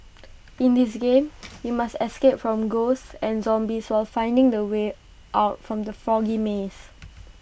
in this game you must escape from ghosts and zombies while finding the way out from the foggy maze